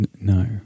No